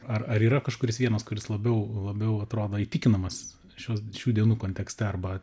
ar ar yra kažkuris vienas kuris labiau labiau atrodo įtikinamas šios šių dienų kontekste arba